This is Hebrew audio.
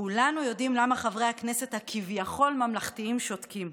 כולנו יודעים למה חברי הכנסת הכביכול-ממלכתיים שותקים,